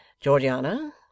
Georgiana